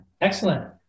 Excellent